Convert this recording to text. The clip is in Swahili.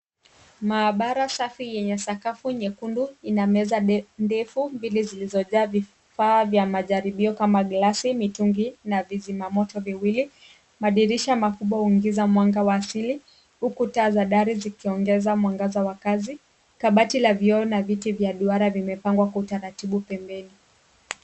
Maabara safi yenye sakafu nyekundu ina meza ndefu mbili zilizojaa vifaa vya majaribio kama glasi, mitungi na vizima moto viwili. Madirisha makubwa huingiza mwanga wa asili, huku taa za dari zikiongeza mwangaza wa kazi. Kabati la vioo na viti vya duara vimepangwa kwa utaratibu pembeni.